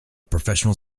professional